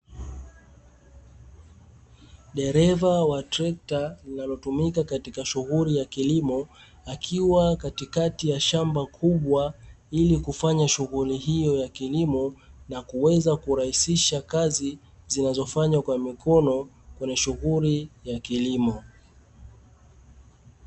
Dereva wa trekta linalotumika katika shughuli ya kilimo, akiwa katikati ya shamba kubwa, ili kufanya shughuli hiyo ya kilimo na kuweza kurahisisha kazi zinazofanywa kwa mikono kwenye shughuli ya kilimo.